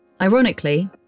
Ironically